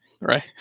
right